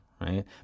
right